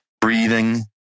breathing